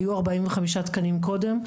היו ארבעים וחמישה תקנים קודם,